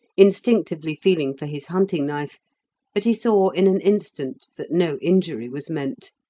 instinctively feeling for his hunting-knife but he saw in an instant that no injury was meant,